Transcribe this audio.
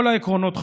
כל העקרונות חשובים,